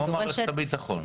כמו מערכת הביטחון.